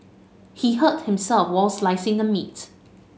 he hurt himself while slicing the meat